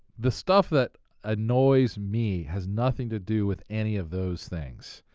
the stuff that annoys me has nothing to do with any of those things.